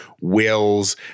wills